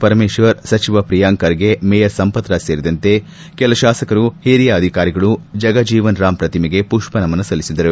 ಪರಮೇಶ್ವರ್ ಸಚಿವ ಪ್ರಿಯಾಂಕ್ ಖರ್ಗೆ ಮೇಯರ್ ಸಂಪತ್ರಾಜ್ ಸೇರಿದಂತೆ ಕೆಲ ಶಾಸಕರು ಓರಿಯ ಅಧಿಕಾರಿಗಳು ಜಗಜೀವನ್ರಾಮ್ ಪ್ರತಿಮೆಗೆ ಮಷ್ವ ನಮನ ಸಲ್ಲಿಸಿದರು